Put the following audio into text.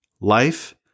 Life